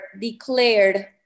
declared